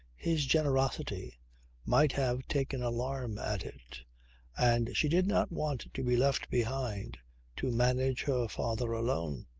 his generosity might have taken alarm at it and she did not want to be left behind to manage her father alone.